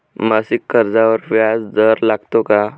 मासिक कर्जावर व्याज दर लागतो का?